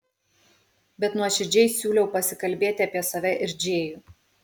bet nuoširdžiai siūliau pasikalbėti apie save ir džėjų